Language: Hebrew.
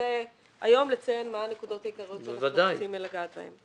נרצה היום לציין מה הנקודות העיקריות שאנחנו צריכים לגעת בהן.